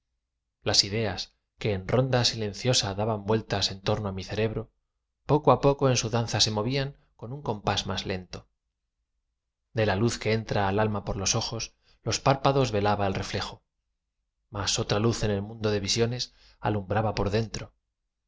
las ideas que en ronda silenciosa daban vueltas en torno á mi cerebro poco á poco en su danza se movían con un compás más lento de la luz que entra al alma por los ojos los párpados velaban el reflejo mas otra luz el mundo de visiones alumbraba por dentro